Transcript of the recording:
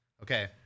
Okay